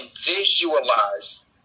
visualize